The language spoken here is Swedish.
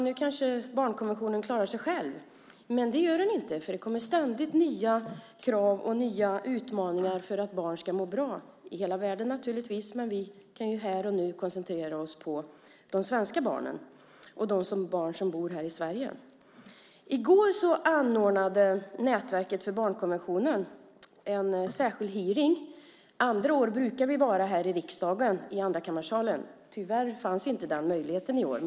Man tänker att barnkonventionen nu kanske klarar sig själv. Men det gör den inte för det kommer ständigt nya krav och nya utmaningar för att barn ska må bra i hela världen naturligtvis. Men vi kan här och nu koncentrera oss på de svenska barnen och de barn som bor här i Sverige. I går anordnade Nätverket för barnkonventionen en särskild hearing. Man brukar vara i Andrakammarsalen här i riksdagen. Men den möjligheten fanns inte i år.